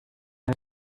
had